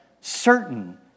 certain